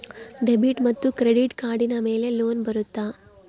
Debit ಮತ್ತು credit ಕಾರ್ಡಿನ ಮೇಲೆ ಲೋನ್ ಬರುತ್ತಾ?